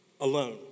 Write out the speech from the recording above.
Alone